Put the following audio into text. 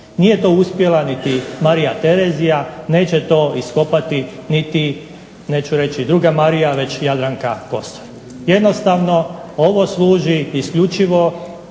Nije to uspjela niti Marija Terezija, neće to iskopati neću reći druga Marija već Jadranka Kosor. Jednostavno ovo služi isključivo